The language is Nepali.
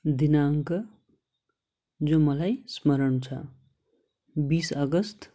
दिनाङ्क जो मलाई स्मरण छ बिस अगस्त